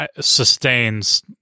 sustains